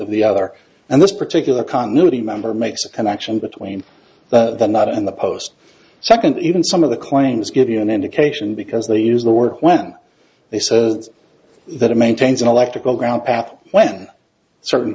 of the other and this particular continuity member makes a connection between the not and the post second even some of the claims give you an indication because they use the word when they say that it maintains an electrical ground path when certain